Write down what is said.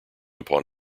upon